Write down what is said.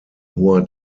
hoher